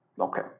okay